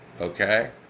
okay